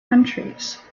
countries